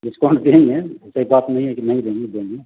इसको हम देंगे ऐसे बात नहीं है कि नहीं देंगे देंगे